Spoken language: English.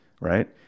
right